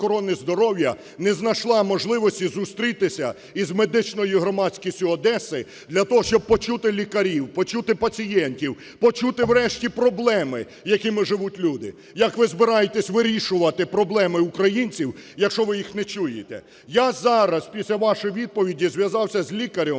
не знайшла можливості зустрітися з медичною громадськістю Одеси для того, щоб почути лікарів, почути пацієнтів, почути врешті проблеми, якими живуть люди! Як ви збираєтесь вирішувати проблеми українців, якщо ви їх не чуєте? Я зараз, після вашої відповіді, зв'язався з лікарем